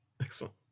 Excellent